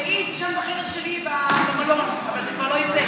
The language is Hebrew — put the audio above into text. בחדר שלי במלון, אבל זה כבר לא יצא,